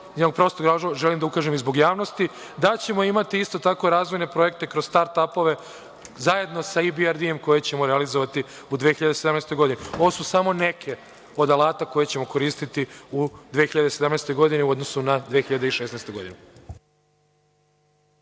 jednog prostog razloga. Želim da ukažem i zbog javnosti da ćemo imati isto tako razvojne projekte kroz start apove, zajedno sa EBRD koje ćemo realizovati u 2017. godini. Ovo su samo neki od alata koje ćemo koristiti u 2017. godini, u odnosu na 2016. godinu.